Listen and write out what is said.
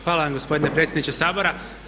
Hvala vam gospodine predsjedniče Sabora.